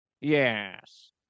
Yes